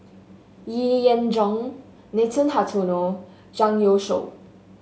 Yee Jenn Jong Nathan Hartono Zhang Youshuo